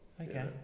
Okay